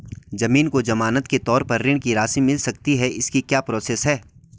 ज़मीन को ज़मानत के तौर पर ऋण की राशि मिल सकती है इसकी क्या प्रोसेस है?